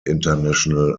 international